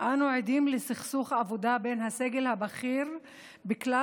"אנו עדים לסכסוך עבודה בין הסגל הבכיר בכלל